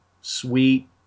sweet